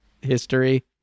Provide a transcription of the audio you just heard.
history